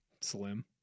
Slim